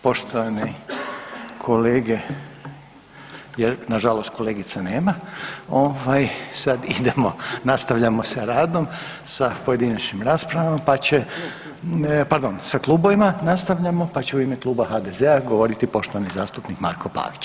Poštovane kolege jer nažalost kolegica nema sad idemo nastavljamo sa radom sa pojedinačnim raspravama pa će, pardon sa klubovima nastavljamo, pa će u ime kluba HDZ-a govoriti poštovani zastupnik Marko Pavić.